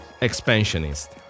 expansionist